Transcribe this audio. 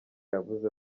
yavuze